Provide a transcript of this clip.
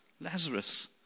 Lazarus